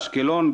אשקלון,